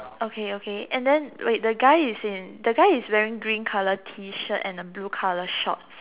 okay okay and then wait the guy is in the guy is wearing green colour T-shirt and blue colour shorts